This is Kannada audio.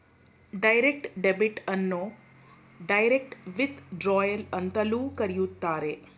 ಡೈರೆಕ್ಟ್ ಡೆಬಿಟ್ ಅನ್ನು ಡೈರೆಕ್ಟ್ ವಿಥ್ ಡ್ರಾಯಲ್ ಅಂತಲೂ ಕರೆಯುತ್ತಾರೆ